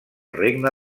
regne